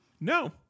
No